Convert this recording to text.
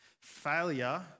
Failure